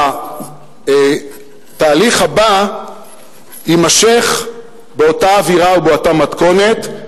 שהתהליך הבא יימשך באותה אווירה ובאותה מתכונת.